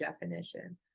definition